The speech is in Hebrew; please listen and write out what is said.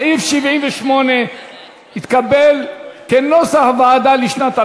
סעיף 78 לשנת 2015 התקבל, כנוסח הוועדה.